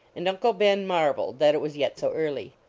and uncle ben marveled that it was yet so early.